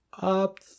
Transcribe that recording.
up